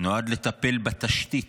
נועד לטפל בתשתית